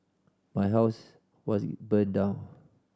my house was burned down